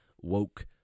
woke